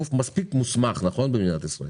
גוף מספיק מוסמך במדינת ישראל